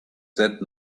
that